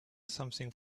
something